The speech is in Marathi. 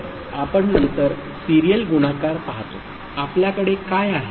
तर आपण नंतर सीरियल गुणाकार पाहतो आपल्याकडे काय आहे